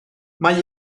mae